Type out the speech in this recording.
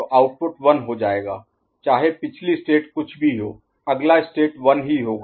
तो आउटपुट 1 हो जाएगा चाहे पिछली स्टेट कुछ भी हो अगला स्टेट 1 ही होगा